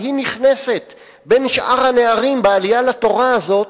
אבל היא נכנסת בין שאר הנערים בעלייה לתורה הזאת,